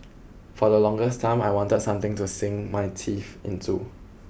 for the longest time I wanted something to sink my teeth into